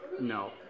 No